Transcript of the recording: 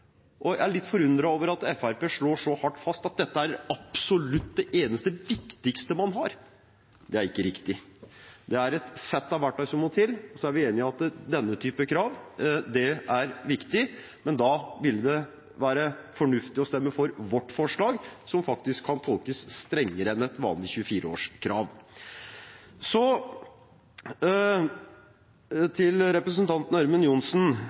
verktøy. Jeg er litt forundret over at Fremskrittspartiet slår så hardt fast at dette er absolutt det eneste, viktigste, man har – det er ikke riktig. Det er et sett av verktøy som må til. Og så er vi enige om at denne type krav er viktig, men da vil det være fornuftig å stemme for vårt forslag, som faktisk kan tolkes strengere enn et vanlig 24-årskrav. Så til representanten Ørmen Johnsen,